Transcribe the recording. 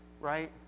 right